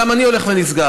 גם אני הולך ונסגר,